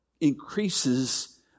increases